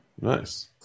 Nice